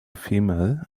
female